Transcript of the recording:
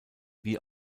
wie